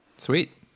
Sweet